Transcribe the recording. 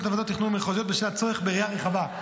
לוועדות תכנון מחוזיות בשל הצורך בראייה רחבה.